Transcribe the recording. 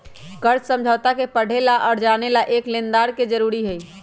कर्ज समझौता के पढ़े ला और जाने ला एक लेनदार के जरूरी हई